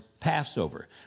Passover